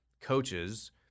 coaches